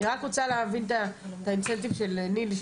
רק רוצה להבין את האינסנטיב של נילי,